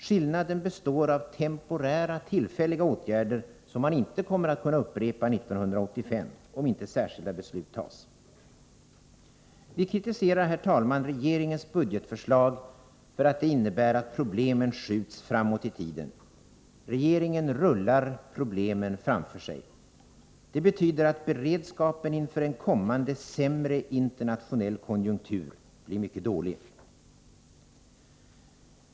Skillnaden består av tillfälliga åtgärder som man inte kommer att kunna upprepa 1985, om inte särskilda beslut tas. Vi kritiserar, herr talman, regeringens budgetförslag för att det innebär att problemen skjuts framåt i tiden. Regeringen rullar problemen framför sig. Det betyder att beredskapen inför en kommande sämre internationell konjunktur blir mycket dålig.